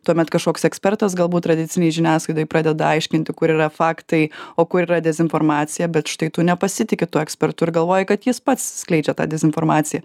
tuomet kažkoks ekspertas galbūt tradicinėj žiniasklaidoj pradeda aiškinti kur yra faktai o kur yra dezinformacija bet štai tu nepasitiki tuo ekspertu ir galvoji kad jis pats skleidžia tą dezinformaciją